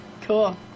Cool